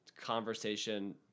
conversation